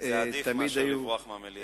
זה עדיף מלברוח מהמליאה.